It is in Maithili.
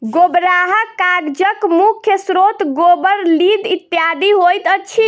गोबराहा कागजक मुख्य स्रोत गोबर, लीद इत्यादि होइत अछि